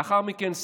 לאחר מכן,